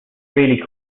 really